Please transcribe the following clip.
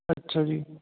ਅੱਛਾ ਜੀ